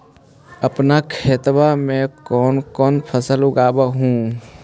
अपन खेतबा मे कौन कौन फसल लगबा हू?